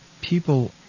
people